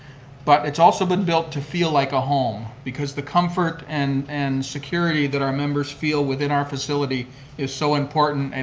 but it's also been built to feel like a home, because the comfort and and security that our members feel within our facility is so important, and